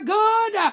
good